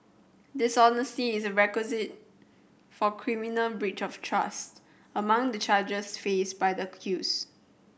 dishonesty is a requisite for criminal breach of trust among the charges faced by the accused